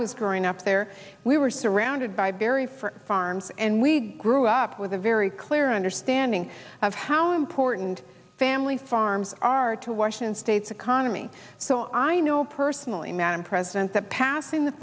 was growing up there we were surrounded by very for farms and we grew up with a very clear understanding of how important family farms are to washington state's economy so i know personally madam president that passing the